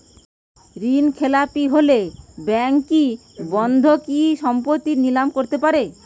ঋণখেলাপি হলে ব্যাঙ্ক কি বন্ধকি সম্পত্তি নিলাম করতে পারে?